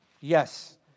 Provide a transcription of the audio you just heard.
Yes